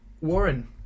Warren